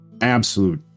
absolute